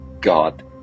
God